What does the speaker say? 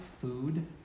food